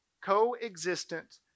Co-existent